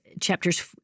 chapters